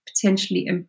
potentially